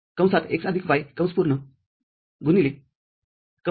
Fxyz x y